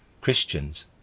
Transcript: Christians